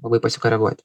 labai pasikoreguoti